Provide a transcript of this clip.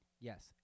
Yes